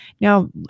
Now